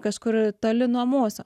kažkur toli nuo mūsų